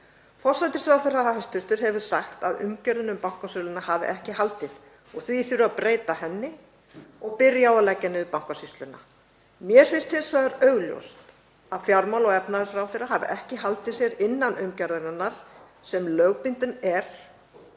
forsætisráðherra hefur sagt að umgjörðin um bankasöluna hafi ekki haldið og því þurfi að breyta henni og byrja á að leggja niður Bankasýsluna. Mér finnst hins vegar augljóst að fjármála- og efnahagsráðherra hafi ekki haldið sig innan umgjarðarinnar sem lögbundin er